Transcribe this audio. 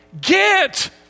get